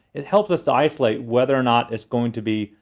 it helps us to isolate whether or not its going to be,